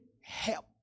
help